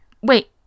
Wait